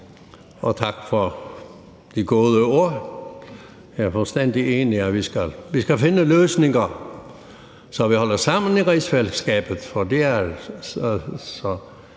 Og tak for de gode ord. Jeg er fuldstændig enig i, at vi skal finde løsninger, så vi holder sammen i rigsfællesskabet;